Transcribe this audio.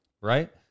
Right